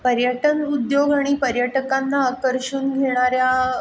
पर्यटन उद्योग आणि पर्यटकांना आकर्षून घेणाऱ्या